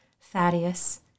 Thaddeus